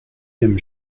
him